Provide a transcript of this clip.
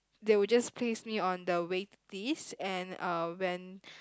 they will just place me on the wait list and uh when